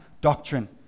doctrine